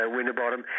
Winterbottom